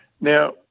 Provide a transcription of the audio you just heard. Now